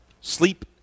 Sleep